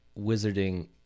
wizarding